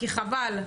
כי חבל,